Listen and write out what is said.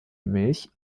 milch